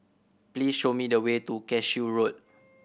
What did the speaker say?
please show me the way to Cashew Road